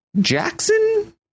Jackson